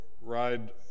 ride